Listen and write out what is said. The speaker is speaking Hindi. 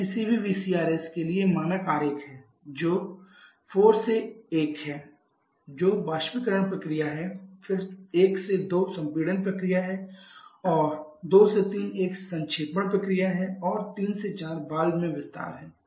यह किसी भी VCRS के लिए मानक आरेख है जो 4 से 1 है जो वाष्पीकरण प्रक्रिया है फिर 1 से 2 संपीड़न प्रक्रिया है 2 से 3 एक संक्षेपण है और 3 से 4 वाल्व में विस्तार है